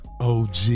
OG